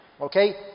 Okay